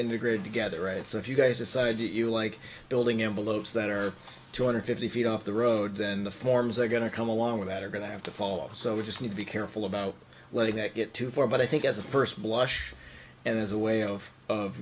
integrated together right so if you guys decide that you like building envelopes that are two hundred fifty feet off the road then the forms they're going to come along with that are going to have to follow so we just need to be careful about letting that get too far but i think as a first blush and as a way of